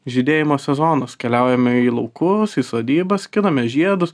žydėjimo sezonas keliaujame į laukus į sodybas skiname žiedus